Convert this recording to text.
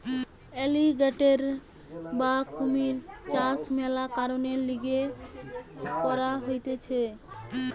alligator বা কুমিরের চাষ মেলা কারণের লিগে করা হতিছে